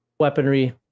Weaponry